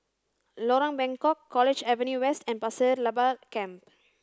Lorong Bengkok College Avenue West and Pasir Laba Camp